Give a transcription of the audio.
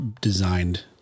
designed